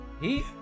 He-